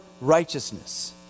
righteousness